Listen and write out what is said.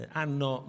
hanno